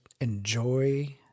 enjoy